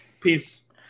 peace